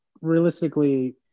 realistically